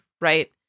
right